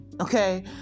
okay